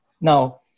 Now